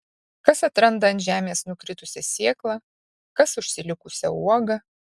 kas atranda ant žemės nukritusią sėklą kas užsilikusią uogą